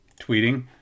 tweeting